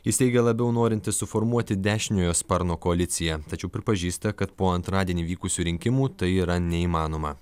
jis teigė labiau norintis suformuoti dešiniojo sparno koaliciją tačiau pripažįsta kad po antradienį vykusių rinkimų tai yra neįmanoma